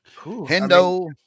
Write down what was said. Hendo